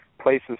places